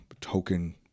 token